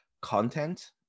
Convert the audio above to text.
content